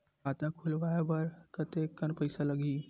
खाता खुलवाय बर कतेकन पईसा लगही?